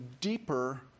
deeper